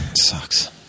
Sucks